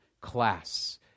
class